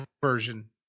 version